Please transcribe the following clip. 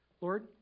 Lord